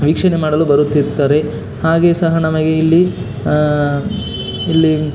ವೀಕ್ಷಣೆ ಮಾಡಲು ಬರುತ್ತಿರುತ್ತಾರೆ ಹಾಗೆಯೇ ಸಹ ನಮಗೆ ಇಲ್ಲಿ ಇಲ್ಲಿ